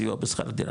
סיוע לשכר דירה,